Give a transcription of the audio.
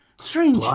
Strange